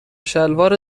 شلوار